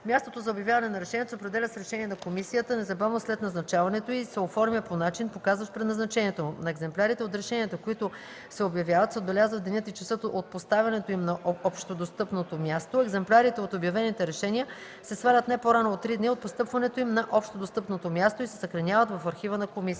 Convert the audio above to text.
Мястото за обявяване на решенията се определя с решение на комисията незабавно след назначаването й и се оформя по начин, показващ предназначението му. На екземплярите от решенията, които се обявяват, се отбелязват денят и часът на поставянето им на общодостъпното място. Екземплярите от обявените решения се свалят не по-рано от три дни от поставянето им на общодостъпното място и се съхраняват в архива на комисията.”